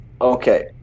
Okay